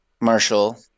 Marshall